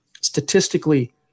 statistically